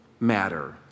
Matter